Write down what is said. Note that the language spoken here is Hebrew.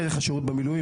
ערך השירות במילואים,